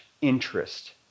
interest